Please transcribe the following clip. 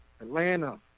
Atlanta